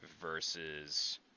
versus